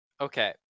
Okay